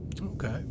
Okay